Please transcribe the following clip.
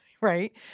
right